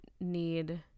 need